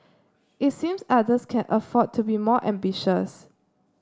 it seems others can afford to be more ambitious